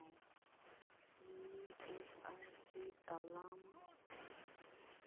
E S I C ᱛᱟᱞᱟ ᱟᱢ